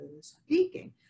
speaking